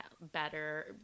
better